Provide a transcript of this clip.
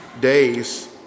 days